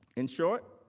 in short,